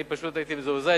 אני פשוט הייתי מזועזע.